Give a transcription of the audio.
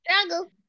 Struggle